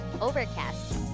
Overcast